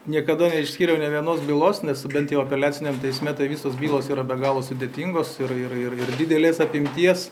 niekada neišskyriau nė vienos bylos nes bent jau apeliaciniam teisme visos bylos yra be galo sudėtingos ir ir ir didelės apimties